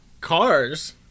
cars